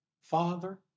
Father